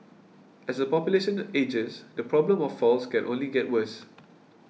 as the population ages the problem of falls can only get worse